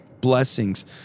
blessings